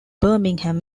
birmingham